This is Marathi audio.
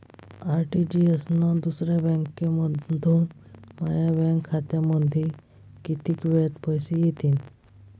आर.टी.जी.एस न दुसऱ्या बँकेमंधून माया बँक खात्यामंधी कितीक वेळातं पैसे येतीनं?